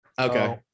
okay